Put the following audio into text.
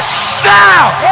shout